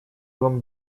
вам